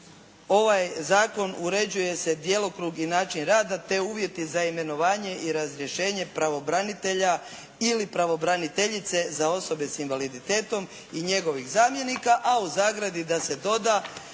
ovaj zakon uređuje se djelokrug i način rada, te uvjeti za imenovanje i razrješenje pravobranitelja ili pravobraniteljice za osobe sa invaliditetom i njegovih zamjenika, a u zagradi da se doda